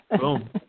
Boom